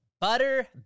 Butter